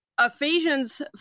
Ephesians